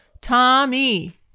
Tommy